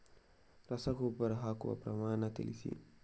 ರಸಗೊಬ್ಬರ ಹಾಕುವ ಪ್ರಮಾಣ ತಿಳಿಸಿ